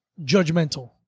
judgmental